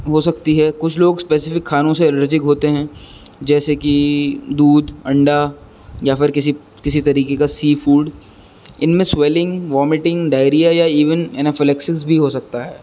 ہو سکتی ہے کچھ لوگ اسپیسفک کھانوں سے الرجک ہوتے ہیں جیسے کہ دودھ انڈا یا پھر کسی کسی طریقے کا سی فوڈ ان میں سویلنگ وامٹنگ ڈائیریا یا ایون انفلیکسس بھی ہو سکتا ہے